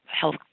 health